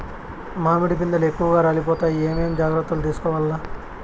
మామిడి పిందెలు ఎక్కువగా రాలిపోతాయి ఏమేం జాగ్రత్తలు తీసుకోవల్ల?